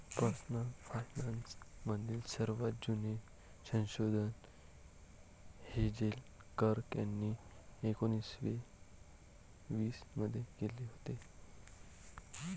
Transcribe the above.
personal finance मधील सर्वात जुने संशोधन हेझेल कर्क यांनी एकोन्निस्से वीस मध्ये केले होते